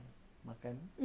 mm